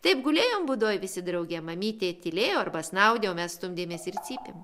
taip gulėjom būdoje visi drauge mamytė tylėjo arba snaudė o mes stumdėmės ir cypėm